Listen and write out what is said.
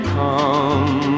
come